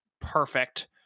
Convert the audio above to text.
perfect